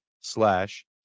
slash